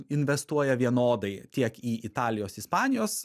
investuoja vienodai tiek į italijos ispanijos